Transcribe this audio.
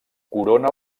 corona